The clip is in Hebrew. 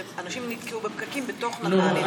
שאנשים נתקעו בפקקים בתוך נתניה.